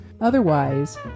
Otherwise